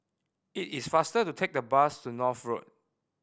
it is faster to take the bus to North Road